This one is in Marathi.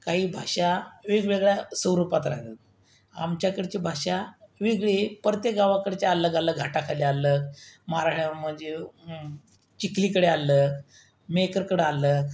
काही भाषा वेगवेगळ्या स्वरूपात राहतात आमच्याकडची भाषा वेगळी आहे प्रत्येक गावाकडच्या अलग अलग घाटाखाली अलग माराठ्या म्हणजे चिखलीकडे अलग मेखलकडं अलग